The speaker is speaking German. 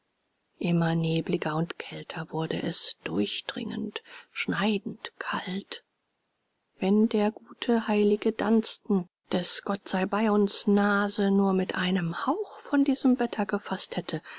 immer nebeliger und kälter wurde es durchdringend schneidend kalt wenn der gute heilige dunstan des gottseibeiuns nase nur mit einem hauch von diesem wetter gefaßt hätte